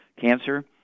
cancer